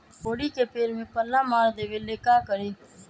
तोड़ी के पेड़ में पल्ला मार देबे ले का करी?